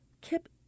Kip